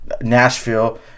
Nashville